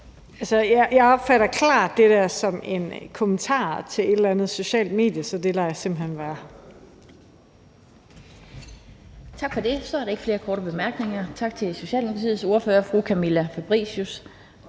Jeg opfatter klart det der som en kommentar til et eller andet socialt medie, så det lader jeg simpelt hen bare